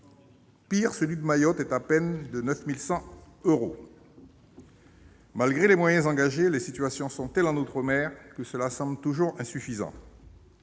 Pis, celui de Mayotte est à peine de 9 100 euros. Malgré les moyens engagés, les situations sont telles en outre-mer que cela semble toujours insuffisant.